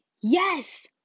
yes